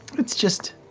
it's just,